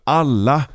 alla